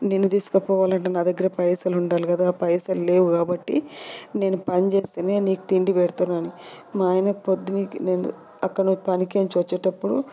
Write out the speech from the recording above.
నిన్ను తీసుకపోవాలంటే నా దగ్గర పైసలు ఉండాలి కదా పైసలు లేవు కాబట్టి నేను పని చేస్తేనే నీకు తిండి పెడతానని మా ఆయన పొద్దు పీకి నన్ను అక్కడ పనికి నుంచి వచ్చేటప్పుడు